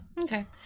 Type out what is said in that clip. Okay